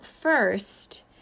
first